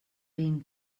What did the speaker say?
been